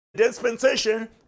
dispensation